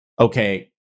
okay